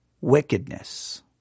wickedness